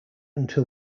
until